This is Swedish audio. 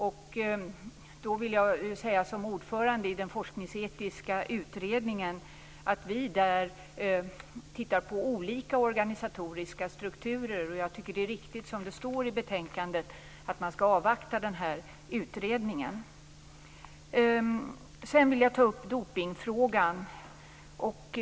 Jag vill som ordförande i den forskningsetiska utredningen säga att vi tittar på olika organisatoriska strukturer. Jag tycker att det är riktigt som det står i betänkandet, dvs. att man skall avvakta utredningen. Sedan vill jag ta upp dopningsfrågan.